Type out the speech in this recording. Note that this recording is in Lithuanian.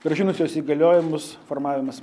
grąžinusios įgaliojimus formavimas